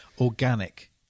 Organic